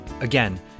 Again